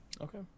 Okay